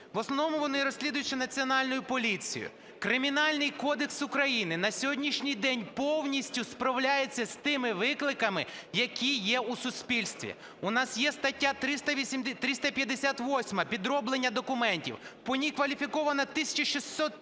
в основному вони розслідуються Національною поліцією. Кримінальний кодекс України на сьогоднішній день повністю справляється з тими викликами, які є у суспільстві. У нас є стаття 358 – підроблення документів, по ній кваліфіковано 1604 факти